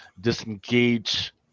disengage